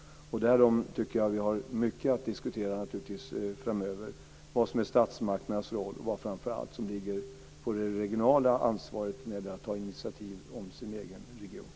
Därom har vi mycket att diskutera framöver; vad som är statsmakternas roll och vad som framför allt ligger på det regionala ansvaret när det gäller att ta initiativ i den egna regionen.